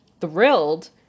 thrilled